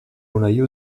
una